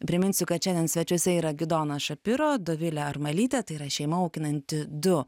priminsiu kad šiandien svečiuose yra gidonas šapiro dovilė armalytė tai yra šeima auginanti du